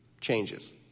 changes